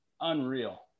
unreal